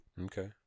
Okay